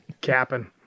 Capping